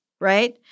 right